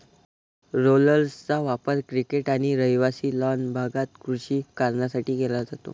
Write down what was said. रोलर्सचा वापर क्रिकेट आणि रहिवासी लॉन भागात कृषी कारणांसाठी केला जातो